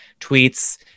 tweets